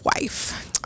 wife